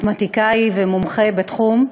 מתמטיקאי ומומחה בתחום,